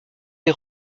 les